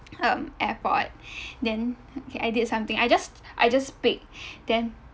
um airport then okay I did something I just I just speak then